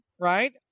right